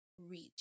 reach